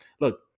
Look